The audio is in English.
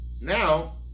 Now